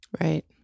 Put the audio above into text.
Right